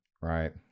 right